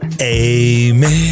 Amen